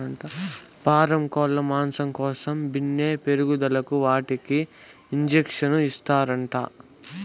పారం కోల్లు మాంసం కోసం బిన్నే పెరగేదానికి వాటికి ఇండీసన్లు ఇస్తారంట